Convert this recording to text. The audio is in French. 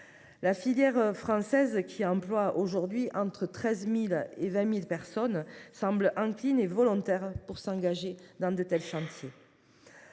La filière française, qui emploie aujourd’hui entre 13 000 et 20 000 personnes, semble volontaire pour s’engager dans de tels chantiers.